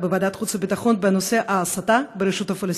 בוועדת החוץ והביטחון בנושא ההסתה ברשות הפלסטינית.